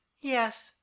yes